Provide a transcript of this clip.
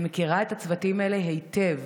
אני מכירה את הצוותים האלה היטב.